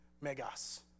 Megas